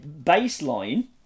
baseline